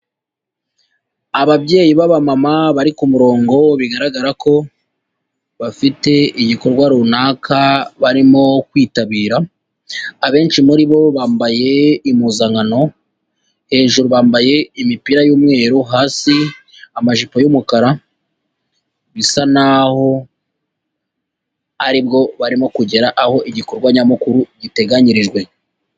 Ababyeyi b'abamama bari ku murongo bigaragara ko bafite igikorwa runaka barimo kwitabira, abenshi muri bo bambaye impuzankano, hejuru bambaye imipira y'umweru, hasi amajipo y'umukara, bisa naho aribwo barimo kugera aho igikorwa nyamukuru giteganyirijwe.